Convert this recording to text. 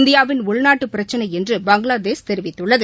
இந்தியாவின் உள்நாட்டு பிரச்சினை என்று பங்களாதேஷ் தெரிவித்துள்ளது